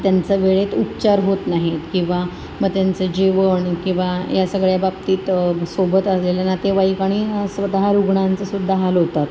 त्यांचा वेळेत उपचार होत नाही किंवा मग त्यांचं जेवण किंवा या सगळ्या बाबतीत सोबत आलेल्या नातेवाईक आणि स्वतः रुग्णांचेसुद्धा हाल होतात